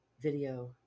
video